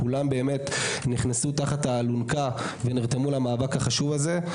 כולם נכנסו תחת האלונקה ונרתמו למאבק החשוב הזה.